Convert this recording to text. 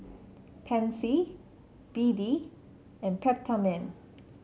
Pansy B D and Peptamen